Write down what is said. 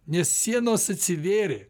nes sienos atsivėrė